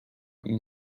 این